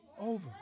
over